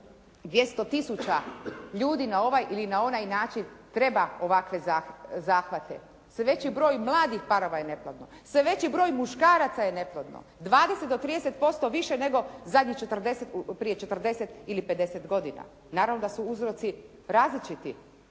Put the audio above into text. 200 tisuća ljudi na ovaj ili onaj način treba ovakve zahvate. Sve veći broj mladih parova je neplodno, sve veći broj muškaraca je neplodno. 20 do 30% više nego prije četrdeset ili pedeset godina. Naravno da su uzroci različiti